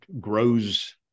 grows